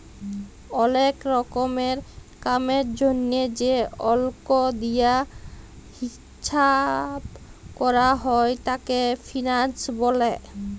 ওলেক রকমের কামের জনহে যে অল্ক দিয়া হিচ্চাব ক্যরা হ্যয় তাকে ফিন্যান্স ব্যলে